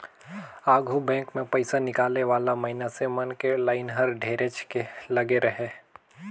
आघु बेंक मे पइसा निकाले वाला मइनसे मन के लाइन हर ढेरेच के लगे रहें